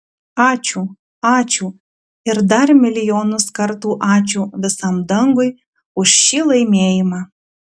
ačiū ačiū ir dar milijonus kartų ačiū visam dangui už šį laimėjimą